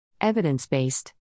Evidence-based